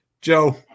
Joe